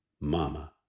mama